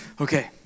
okay